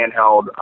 handheld